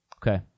Okay